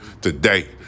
today